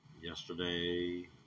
yesterday